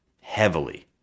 Heavily